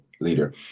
leader